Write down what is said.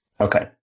Okay